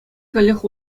каллех